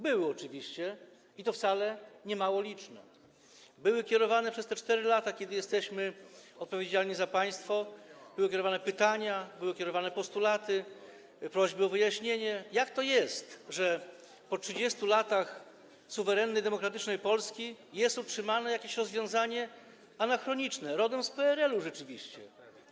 Były oczywiście, i to wcale nie mało liczne, były kierowane przez te 4 lata, kiedy jesteśmy odpowiedzialni za państwo, były kierowane pytania, były kierowane postulaty, prośby o wyjaśnienie, jak to jest, że po 30 latach suwerennej demokratycznej Polski jest utrzymane jakieś rozwiązanie anachroniczne, rzeczywiście rodem z PRL-u.